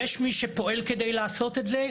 יש מי שפועל כדי לעשות את זה,